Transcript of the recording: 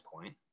point